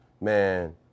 man